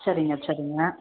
சரிங்க சரிங்க